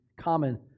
common